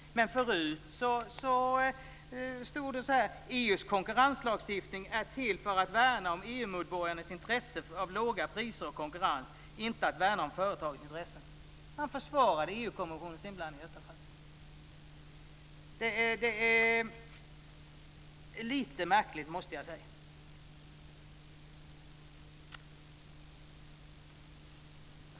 Men förut stod det att EU:s konkurrenslagstiftning är till för att värna om EU-medborgarnas intressen av låga priser och konkurrens, inte att värna om företagens intressen. Man försvarar EG kommissionens inblandning i det här fallet. Det är lite märkligt, måste jag säga.